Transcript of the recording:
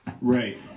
Right